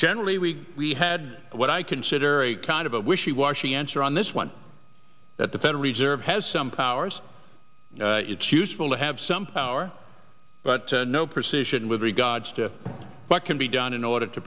generally we we had what i consider a kind of a wishy washy answer on this one that the federal reserve has some powers it's useful to have some power but no precision with regards to what can be done in order to